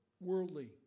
worldly